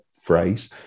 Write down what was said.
phrase